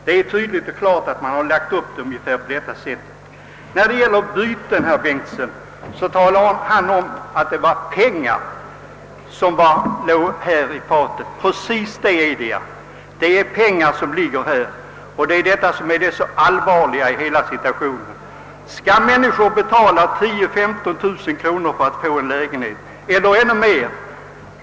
När det gäller bytena talar herr Bengtson om att det är pengar som ligger bakom. Precis så är det. Det rör sig om pengar, och just det gör situationen så allvarlig. Skall människor betala 10 000—15 000 kronor eller ännu mer för att få en lägenhet?